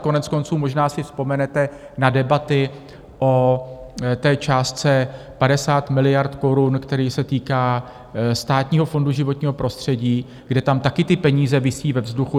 Koneckonců možná si vzpomenete i na debaty o té částce 50 miliard korun, která se týká Státního fondu životního prostředí, kde tam taky ty peníze visí ve vzduchu.